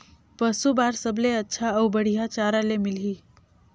पशु बार सबले अच्छा अउ बढ़िया चारा ले मिलही?